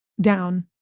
down